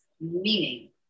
meaning